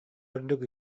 ордук